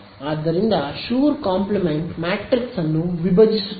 ಆದ್ದರಿಂದ Schur complement matrix ಅನ್ನು ವಿಭಜಿಸುತ್ತದೆ